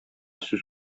сүз